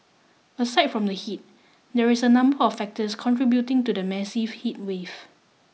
aside from the heat there are a number of factors contributing to the massive heatwave